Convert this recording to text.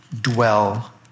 dwell